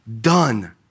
Done